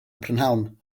prynhawn